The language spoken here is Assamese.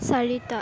চাৰিটা